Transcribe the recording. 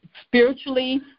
spiritually